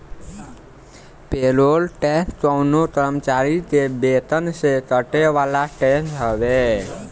payroll tax कवनो कर्मचारी के वेतन से कटे वाला टैक्स हवे